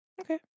Okay